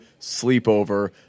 sleepover